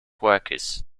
workers